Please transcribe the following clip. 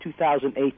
2008